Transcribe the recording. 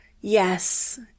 yes